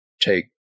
take